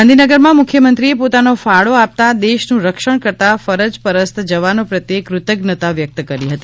ગાંધીનગરમાં મુખ્યમંત્રીએ પોતાનો ફાળો આપતાં દેશનું રક્ષણ કરતા ફરજપરસ્ત જવાનો પ્રત્યે કૃતજ્ઞતા વ્યક્ત કરી હતી